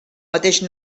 mateix